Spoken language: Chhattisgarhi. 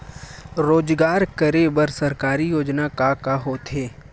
रोजगार करे बर सरकारी योजना का का होथे?